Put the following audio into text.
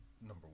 Number